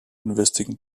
investing